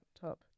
top